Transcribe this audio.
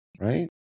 right